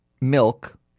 milk